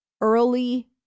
early